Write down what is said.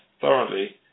thoroughly